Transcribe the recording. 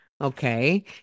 Okay